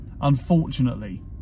unfortunately